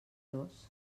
dos